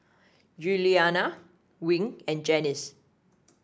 Giuliana Wing and Janice